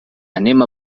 anem